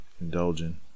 indulging